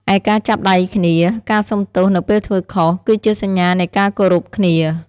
ឯ ការចាប់ដៃគ្នា ការសុំទោសនៅពេលធ្វើខុស គឺជាសញ្ញានៃការគោរពគ្នា។